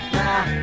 now